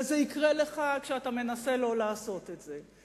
וזה יקרה לך כשאתה מנסה לא לעשות את זה.